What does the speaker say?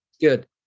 Good